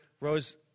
rose